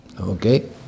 okay